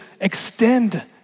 extend